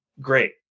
Great